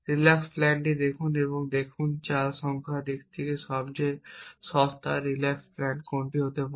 relax প্ল্যানটি দেখুন এবং দেখুন চাল সংখ্যার দিক থেকে সবচেয়ে সস্তা রিল্যাক্স প্ল্যান কোনটি হতে পারে